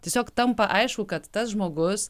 tiesiog tampa aišku kad tas žmogus